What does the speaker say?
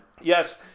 Yes